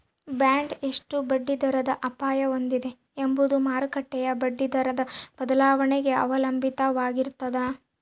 bond ಎಷ್ಟು ಬಡ್ಡಿದರದ ಅಪಾಯ ಹೊಂದಿದೆ ಎಂಬುದು ಮಾರುಕಟ್ಟೆಯ ಬಡ್ಡಿದರದ ಬದಲಾವಣೆಗೆ ಅವಲಂಬಿತವಾಗಿರ್ತದ